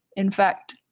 in fact,